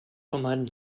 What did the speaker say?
vermeiden